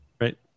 right